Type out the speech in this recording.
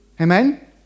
Amen